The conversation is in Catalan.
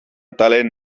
talent